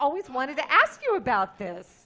always wanted to ask you about this